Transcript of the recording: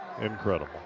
incredible